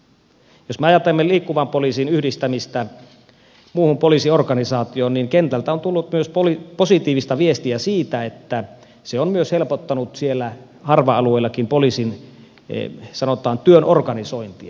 jos me ajattelemme liikkuvan poliisin yhdistämistä muuhun poliisiorganisaatioon niin kentältä on tullut myös positiivista viestiä siitä että se on myös helpottanut siellä harva alueillakin poliisin sanotaan työn organisointia